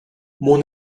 mon